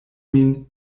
min